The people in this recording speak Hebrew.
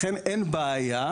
לכן אין בעיה.